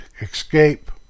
escape